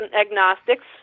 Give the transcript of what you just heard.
agnostics